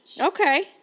Okay